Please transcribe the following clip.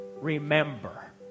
remember